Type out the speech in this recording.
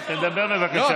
תדבר, בבקשה.